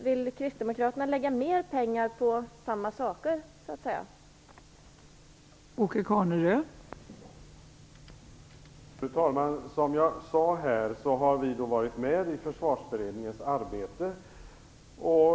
Vill kristdemokraterna lägga mera pengar på så att säga samma saker?